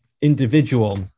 individual